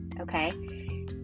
okay